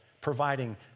providing